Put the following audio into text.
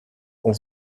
qu’on